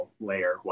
layer